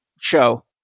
show